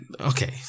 okay